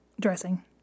Dressing